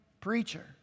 preacher